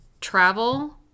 travel